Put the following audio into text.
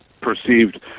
perceived